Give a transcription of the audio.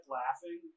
laughing